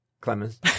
Clemens